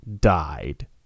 died